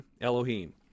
Elohim